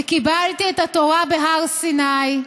וקיבלתי את התורה בהר סיני,